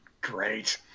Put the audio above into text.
great